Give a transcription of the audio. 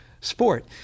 sport